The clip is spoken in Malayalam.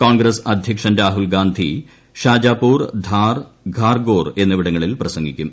കോൺഗ്രസ് അധൃക്ഷൻ രാഹുൽഗാന്ധി ഷാജപൂർ ധാർ ഖാർഗോർ എന്നിവിടങ്ങളിൽ പ്രസംഗിക്കും